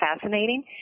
fascinating